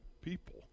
people